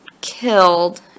killed